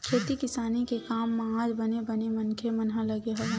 खेती किसानी के काम म आज बने बने मनखे मन ह लगे हवय